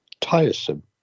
tiresome